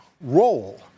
role